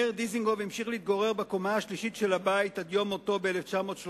מאיר דיזנגוף המשיך להתגורר בקומתו השלישית של הבית עד יום מותו ב-1936,